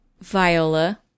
Viola